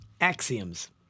axioms